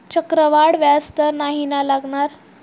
चक्रवाढ व्याज तर नाही ना लागणार?